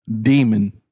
Demon